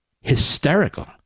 hysterical